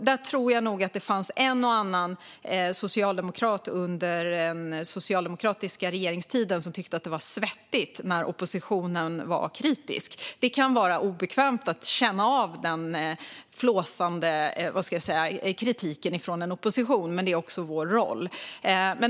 Jag tror nog att det fanns en och annan socialdemokrat under den socialdemokratiska regeringstiden som tyckte att det var svettigt när oppositionen var kritisk. Det kan vara obekvämt att känna av den flåsande kritiken från en opposition, men det är också vår roll.